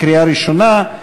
קריאה ראשונה,